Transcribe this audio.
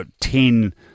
ten